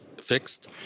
fixed